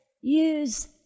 use